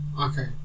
Okay